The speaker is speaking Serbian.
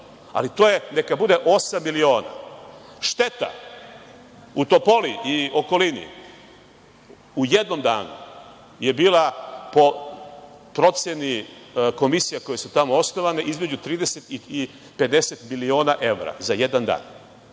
dobro je. Neka bude 8 miliona. Šteta u Topoli i okolini u jednom danu je bila po proceni komisija koje su tamo osnovane između 30 i 50 miliona evra za jedan dan,